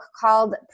called